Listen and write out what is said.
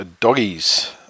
doggies